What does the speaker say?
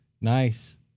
nice